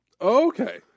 Okay